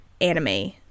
anime